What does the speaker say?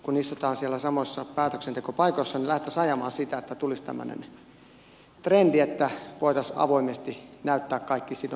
kun istumme siellä samoissa päätöksentekopaikoissa niin lähtisimme ajamaan sitä että tulisi tämmöinen trendi että voisimme avoimesti näyttää kaikki sidonnaisuutemme